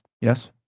Yes